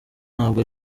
ntabwo